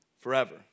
Forever